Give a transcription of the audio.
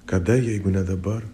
kada jeigu ne dabar